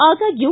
ಆದಾಗ್ಯೂ